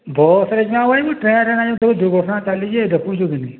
ବସ୍ରେ ଯିମା ବୋ ଟ୍ରେନ୍ରେ ନାଇଁ ଯାଉଁ ଦୁର୍ଘଟଣା ଚାଳିଛେ ଦେଖୁଛୁ କି ନାଇଁ